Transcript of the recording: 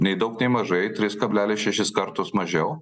nei daug nei mažai tris kablelis šešis kartus mažiau